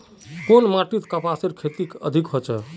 कुन माटित कपासेर खेती अधिक होचे?